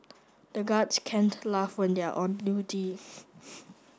the guards can't laugh when they are on duty